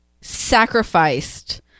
sacrificed